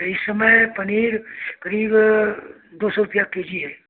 इस समय पनीर करीब दो सौ रुपया के जी है